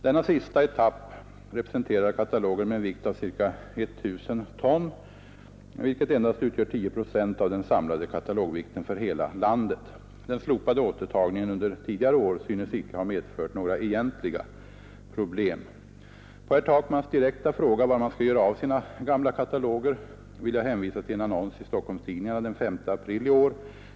Denna sista etapp representerar kataloger med en vikt av ca 1 000 ton, vilket endast utgör 10 procent av den samlade katalogvikten för hela landet. Den slopade återtagningen under tidigare år synes inte ha medfört några egentliga problem. På herr Takmans direkta fråga var man skall göra av sina gamla kataloger vill jag hänvisa till en annons i Stockholmstidningarna den 5 april i år.